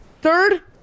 third